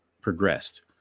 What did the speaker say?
progressed